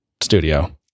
studio